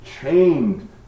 chained